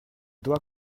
doit